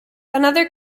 another